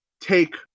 Take